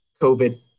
COVID